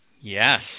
Yes